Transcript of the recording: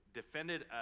defended